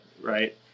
right